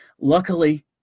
luckily